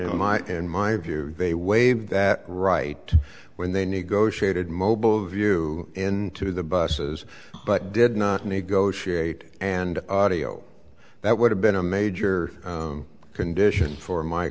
in my in my view they waive that right when they negotiated mobile view into the busses but did not negotiate and audio that would have been a major condition for my